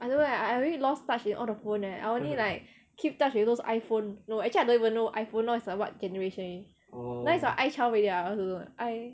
I don't know leh I I really lost touch in all the phone leh I only like keep touch with those iphone no actually I don't even know iphone now is like what generation already now is what I twelve already ah I also don't know already I